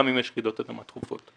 גם אם יש רעידות אדמה תכופות.